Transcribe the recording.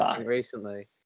recently